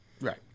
Right